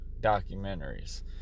documentaries